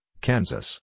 Kansas